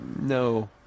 No